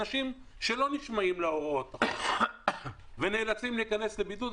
אנשים שלא נשמעים להוראות החוק ונאלצים להיכנס לבידוד,